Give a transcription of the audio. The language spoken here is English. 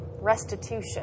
restitution